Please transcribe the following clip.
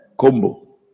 combo